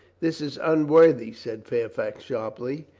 this is unworthy, said fairfax sharply,